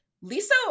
Lisa